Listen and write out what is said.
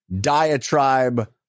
diatribe